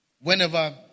whenever